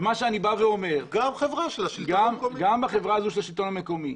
בחברה של השלטון המקומי,